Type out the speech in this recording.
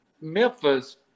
Memphis